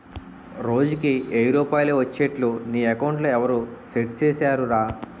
రోజుకి ఎయ్యి రూపాయలే ఒచ్చేట్లు నీ అకౌంట్లో ఎవరూ సెట్ సేసిసేరురా